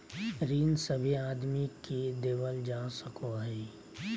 ऋण सभे आदमी के देवल जा सको हय